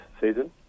season